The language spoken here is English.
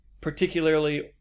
particularly